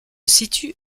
situent